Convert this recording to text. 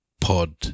Pod